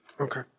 Okay